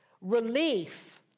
relief